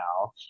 now